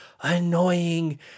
annoying